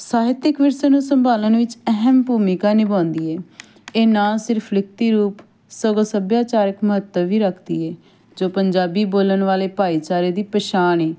ਸਾਹਿਤਕ ਵਿਰਸੇ ਨੂੰ ਸੰਭਾਲਣ ਵਿੱਚ ਅਹਿਮ ਭੂਮਿਕਾ ਨਿਭਾਉਂਦੀ ਹੈ ਇਹ ਨਾ ਸਿਰਫ ਲਿਖਤੀ ਰੂਪ ਸਗੋਂ ਸੱਭਿਆਚਾਰਕ ਮਹੱਤਵ ਵੀ ਰੱਖਦੀ ਏ ਜੋ ਪੰਜਾਬੀ ਬੋਲਣ ਵਾਲੇ ਭਾਈਚਾਰੇ ਦੀ ਪਛਾਣ ਏ